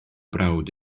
brawd